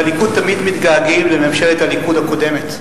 בליכוד תמיד מתגעגעים לממשלת הליכוד הקודמת.